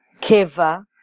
Keva